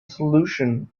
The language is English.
solution